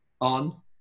on